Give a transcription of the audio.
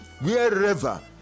Wherever